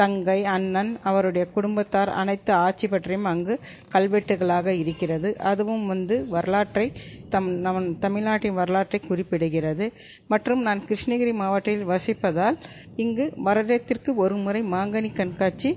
தங்கை அண்ணன் அவருடைய குடும்பத்தார் அனைத்து ஆட்சி பற்றியும் அங்கு கல்வெட்டுகளாக இருக்கிறது அதுவும் வந்து வரலாற்றை தம் நமன் தமிழ்நாட்டின் வரலாற்றை குறிப்பிடுகிறது மற்றும் நான் கிருஷ்ணகிரி மாவட்டில் வசிப்பதால் இங்கு வருடத்திற்கு ஒரு முறை மாங்கனி கண்காட்சி